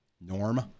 norm